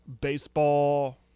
baseball